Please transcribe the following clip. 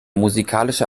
musikalische